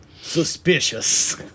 Suspicious